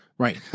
Right